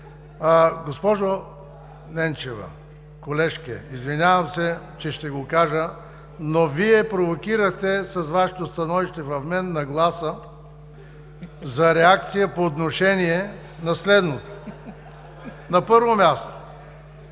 Госпожо Ненчева, колежке, извинявам се, че ще го кажа, но Вие провокирахте в мен, с Вашето становище, нагласа за реакция по отношение на следното: на първо място,